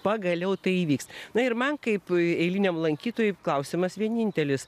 pagaliau tai įvyks na ir man kaip eiliniam lankytojui klausimas vienintelis